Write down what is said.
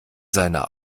seiner